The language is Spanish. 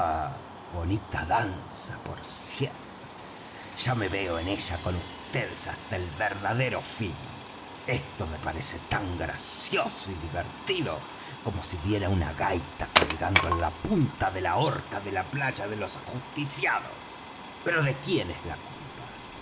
bonita danza por cierto ya me veo en ella con vds hasta el verdadero fin esto me parece tan gracioso y divertido como si viera una gaita colgando en la punta de la horca en la playa de los ajusticiados pero de quién es la culpa